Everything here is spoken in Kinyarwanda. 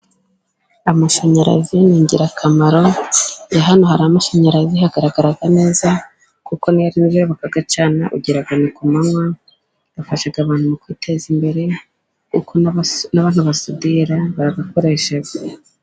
Amashanyarazi ni ingirakamaro iyo ahantu hari amashanyarazi hagarara neza, kuko niyo ari nijoro bagacana ugira ngo ni kumanywa, afasha abantu mu kwiteza imbere, kuko n'abantu basudira barayakoresha.